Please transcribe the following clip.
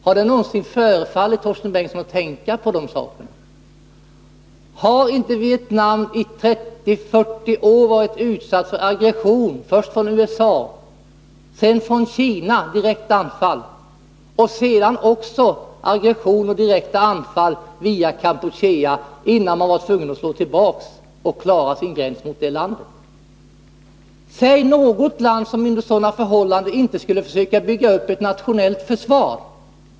Har det någonsin fallit Torsten Bengtson in att tänka på de sakerna? Har inte Vietnam i 30-40 år varit utsatt för aggressioner och direkta anfall, först från USA och sedan från Kina, och därefter också via Kampuchea, innan man var tvungen att slå tillbaka för att klara sin gräns mot det landet? Säg något land som under sådana förhållanden inte skulle försöka bygga upp ett nationellt försvar!